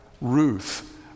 Ruth